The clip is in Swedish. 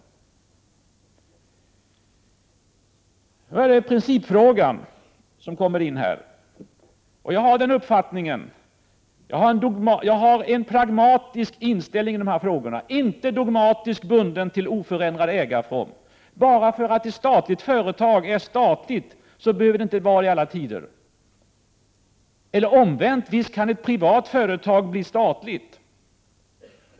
Beträffande den principiella frågan vill jag säga att jag har en pragmatisk inställning och inte är dogmatiskt bunden till oförändrad ägarform. Bara därför att ett företag är statligt behöver det inte vara statligt i alla tider. Och omvänt: Visst kan ett privat företag bli statligt.